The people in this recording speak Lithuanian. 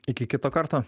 iki kito karto